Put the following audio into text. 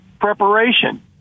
preparation